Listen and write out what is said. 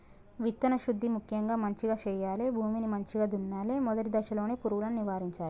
విత్తన శుద్ధి ముక్యంగా మంచిగ చేయాలి, భూమిని మంచిగ దున్నలే, మొదటి దశలోనే పురుగులను నివారించాలే